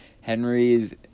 Henry's